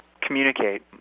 communicate